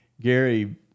Gary